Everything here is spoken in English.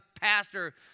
pastor